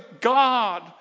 God